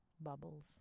bubbles